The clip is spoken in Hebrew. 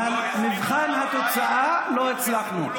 אבל במבחן התוצאה לא הצלחנו.